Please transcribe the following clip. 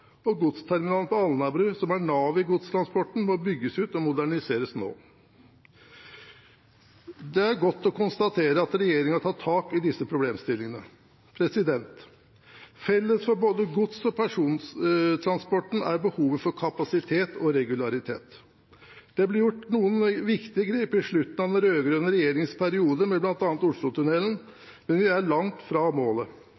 på Alnabru, som er navet i godstransporten, må bygges ut og moderniseres – nå. Det er godt å konstatere at regjeringen har tatt tak i disse problemstillingene. Felles for både gods- og persontransporten er behovet for kapasitet og regularitet. Det ble gjort noen viktige grep på slutten av den rød-grønne regjeringens periode med